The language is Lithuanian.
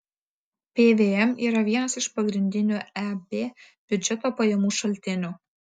pvm yra vienas iš pagrindinių eb biudžeto pajamų šaltinių